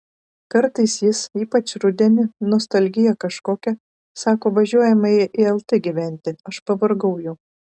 kartais jis ypač rudenį nostalgija kažkokia sako važiuojame į lt gyventi aš pavargau jau